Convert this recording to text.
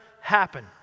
happen